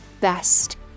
best